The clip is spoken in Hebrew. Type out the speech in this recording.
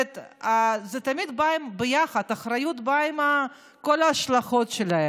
זה תמיד בא ביחד, אחריות באה עם כל ההשלכות שלה.